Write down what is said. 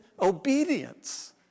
obedience